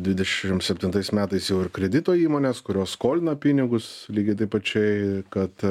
dvidešimt septintais metais jau ir kredito įmonės kurios skolina pinigus lygiai taip pačiai kad